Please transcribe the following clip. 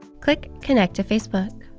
click connect to facebook.